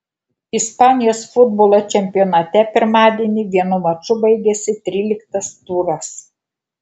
ispanijos futbolo čempionate pirmadienį vienu maču baigėsi tryliktas turas